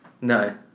No